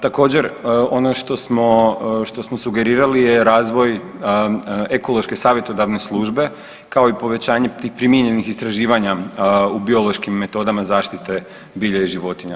Također ono što smo, što smo sugerirali je razvoj ekološke savjetodavne službe, kao i povećanje tih primijenjenih istraživanja u biološkim metodama zaštite bilja i životinja.